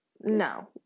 no